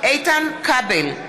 איתן כבל,